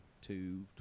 two